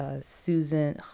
susan